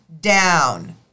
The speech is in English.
down